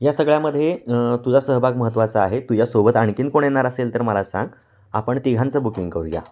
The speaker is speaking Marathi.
या सगळ्यामध्ये तुझा सहभाग महत्त्वाचा आहे तुझ्यासोबत आणखीन कोण येणार असेल तर मला सांग आपण तिघांचं बुकिंग करूया